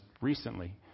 recently